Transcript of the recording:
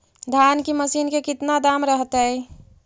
धान की मशीन के कितना दाम रहतय?